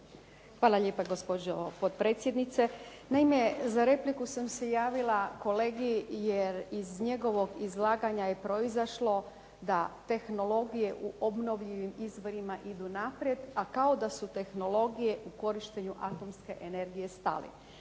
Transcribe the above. Hvala lijepa gospođo potpredsjednice. Naime, za repliku sam se javila kolegi jer iz njegovog izlaganja je proizašlo da tehnologije u obnovljivim izvorima idu naprijed a kao da su tehnologije u korištenju atomske energije stale.